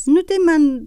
nu tai man